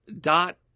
Dot